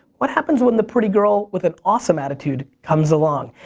what happens when the pretty girl with an awesome attitude comes along?